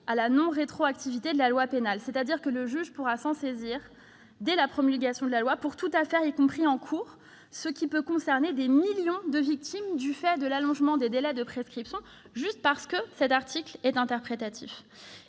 à la non-rétroactivité de la loi pénale. Ainsi, le juge pourra s'en saisir dès la promulgation de la loi pour toute affaire, y compris en cours, ce qui peut concerner des millions de victimes du fait de l'allongement des délais de prescription. C'est le caractère interprétatif